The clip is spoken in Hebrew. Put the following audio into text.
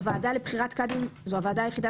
הוועדה לבחירת קאדים זו הוועדה היחידה